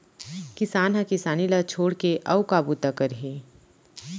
किसान ह किसानी ल छोड़ के अउ का बूता करही